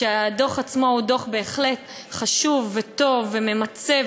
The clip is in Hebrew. הדוח עצמו הוא דוח בהחלט חשוב וטוב וממצה,